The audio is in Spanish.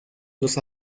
los